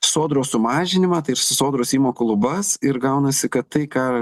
sodros sumažinimą sodros įmokų lubas ir gaunasi kad tai ką